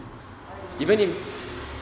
oh ya